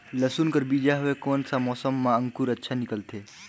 लसुन कर बीजा हवे कोन सा मौसम मां अंकुर अच्छा निकलथे?